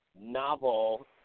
novel